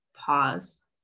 Pause